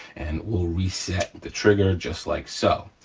and we'll reset the trigger just like so.